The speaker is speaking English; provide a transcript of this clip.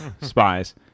spies